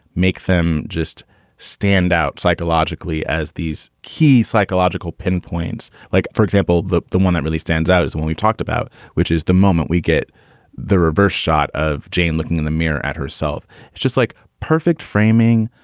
make them just stand out psychologically as these key psychological pinpoints like, for example, the the one that really stands out is when we talked about, which is the moment we get the reverse shot of jane looking in the mirror at herself it's just like perfect framing,